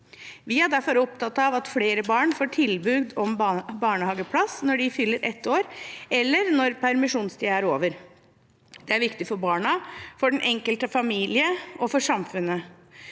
Vi er derfor opptatt av at flere barn får tilbud om barnehageplass når de fyller ett år, eller når permisjonstiden er over. Det er viktig for barna, for den enkelte familien og for samfunnet.